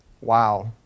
Wow